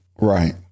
Right